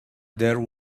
there